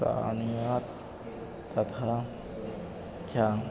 प्राण्यात् तथा च